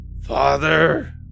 Father